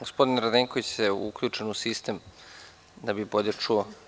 Gospodin Radenković je uključen u sistem da bi bolje čuo.